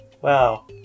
Wow